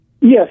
Yes